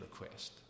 request